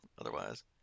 otherwise